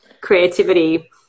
creativity